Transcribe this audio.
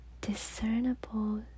discernible